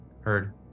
Heard